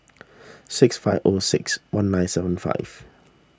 six five O six one nine seven five